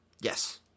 Yes